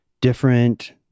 different